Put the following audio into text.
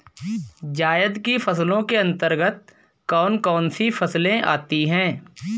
जायद की फसलों के अंतर्गत कौन कौन सी फसलें आती हैं?